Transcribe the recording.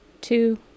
two